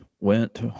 went